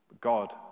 God